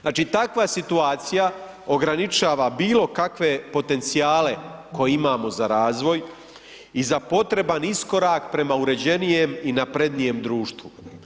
Znači takva situacija ograničava bilo kakve potencijale koje imamo za razvoj i za potreban iskorak prema uređenijem i naprednijem društvu.